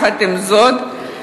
עם זאת,